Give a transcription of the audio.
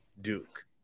Duke